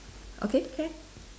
okay can